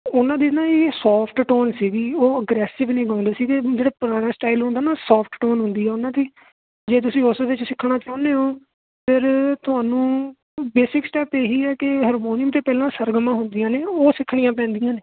ਉਹਨਾਂ ਦੇ ਨਾ ਜੀ ਸੋਫਟ ਟੋਲ ਸੀਗੀ ਉਹ ਅਗਰੈਸਿਵ ਨਹੀਂ ਗਾਉਂਦੇ ਸੀਗੇ ਜਿਹੜੇ ਪੁਰਾਣਾ ਸਟਾਈਲ ਹੁੰਦਾ ਨਾ ਸੋਫਟ ਟੋਨ ਹੁੰਦੀ ਆ ਉਹਨਾਂ ਦੀ ਜੇ ਤੁਸੀਂ ਉਸੇ ਵਿੱਚ ਸਿੱਖਣਾ ਚਾਹੁੰਦੇ ਹੋ ਫਿਰ ਤੁਹਾਨੂੰ ਬੇਸਿਕ ਸਟੈੱਪ ਇਹੀ ਆ ਕਿ ਹਰਮੋਨੀਅਮ ਤੋਂ ਪਹਿਲਾਂ ਸਰਗਮ ਹੁੰਦੀਆਂ ਨੇ ਉਹ ਸਿੱਖਣੀਆਂ ਪੈਂਦੀਆਂ ਨੇ